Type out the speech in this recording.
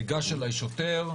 ניגש אליי שוטר.